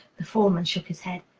the foreman shook his head.